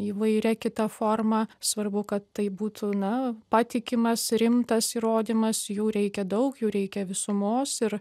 įvairia kita forma svarbu kad tai būtų na patikimas rimtas įrodymas jų reikia daug jų reikia visumos ir